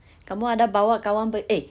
kamu ada bawa kawan pe~ eh